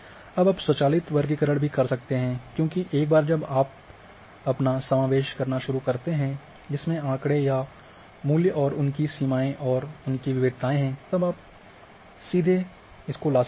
अब आप स्वचालित वर्गीकरण भी कर सकते हैं क्योंकि एक बार जब आप अपना समावेश करना शुरू करते हैं जिसमे आँकड़े या मूल्य और उनकी सीमाएँ और उनकी विविधताएँ है तब आप सीधे को ला सकते हैं